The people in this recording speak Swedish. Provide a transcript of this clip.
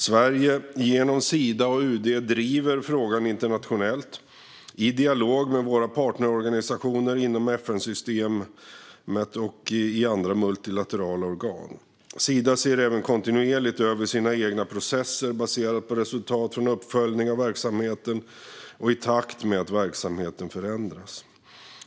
Sverige, genom Sida och UD, driver frågan internationellt, i dialog med våra partnerorganisationer, inom FN-systemet och i andra multilaterala organ. Sida ser även kontinuerligt över sina egna processer baserat på resultat från uppföljning av verksamheten och i takt med att verksamheten förändras.